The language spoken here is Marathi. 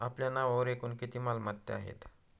आपल्या नावावर एकूण किती मालमत्ता आहेत?